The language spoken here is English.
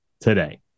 today